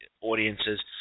audiences